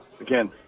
again